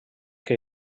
que